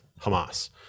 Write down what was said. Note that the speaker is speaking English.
Hamas